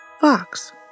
Fox